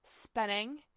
spinning